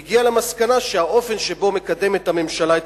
הגיע למסקנה שהאופן שבו מקדמת הממשלה את